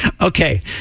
Okay